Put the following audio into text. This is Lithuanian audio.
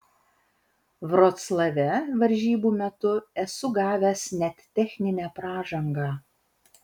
vroclave varžybų metu esu gavęs net techninę pražangą